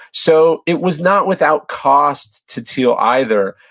so it was not without cost to thiel either,